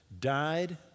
died